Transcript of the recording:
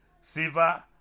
Silver